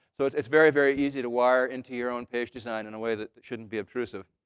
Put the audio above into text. so it's it's very, very easy to wire into your own page design in a way that that shouldn't be obtrusive.